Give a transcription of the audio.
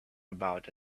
about